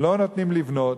לא נותנים לבנות,